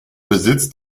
besitzt